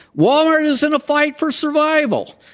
walmart is in a fight for survival,